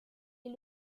est